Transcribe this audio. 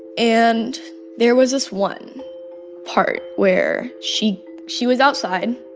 and there was this one part where she she was outside,